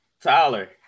Tyler